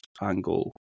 Angle